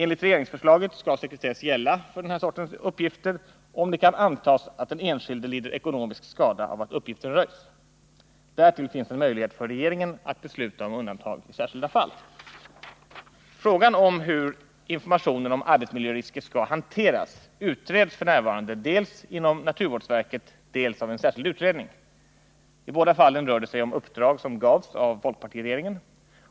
Enligt regeringsförslaget skall sekretess gälla för den här sortens uppgifter, om det kan antas att den enskilde lider ekonomisk skada av att uppgiften röjs. Därtill finns en möjlighet för regeringen att besluta om undantag i särskilda fall. Frågan om hur informationen om arbetsmiljörisker skall hanteras utreds f. n. dels inom naturvårdsverket, dels av en särskild utredning. I båda fallen rör det sig om uppdrag som gavs av folkpartiregeringen